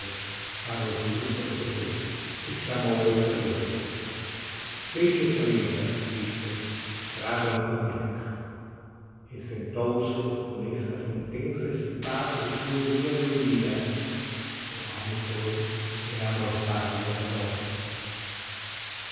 para os desentorpecer e chamou o servente deixe essa mesa disse traga um cognac e sentou-se com esta sentença espipada de sua ironia dolorida o alcool é a mortalha da dôr